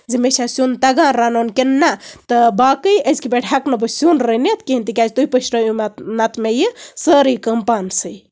زِ مےٚ چھا سیُن تَگان رَننُن کِنہٕ نہٕ تہٕ باقٕے أزکہِ پٮ۪ٹھ ہٮ۪کہٕ نہٕ بہٕ سیُن رٔنِتھ کیٚنہہ تِکیازِ تُہۍ پٔشرٲویو مےٚ پَتہٕ نتہٕ مےٚ یہِ سٲرٕے کٲم پانسٕے